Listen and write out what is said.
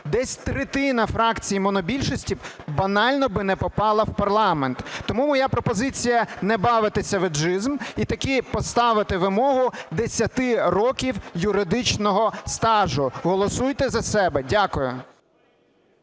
десь третина фракції монобільшості банально би не попала в парламент. Тому моя пропозиція не бавитися в ейджизм і таки поставити вимогу 10 років юридичного стажу. Голосуйте за себе. Дякую.